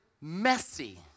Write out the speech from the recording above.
messy